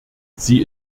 sie